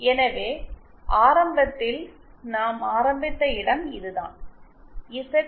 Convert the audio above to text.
எனவே ஆரம்பத்தில் நாம் ஆரம்பித்த இடம் இதுதான் இசட்